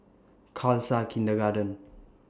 Khalsa Kindergarten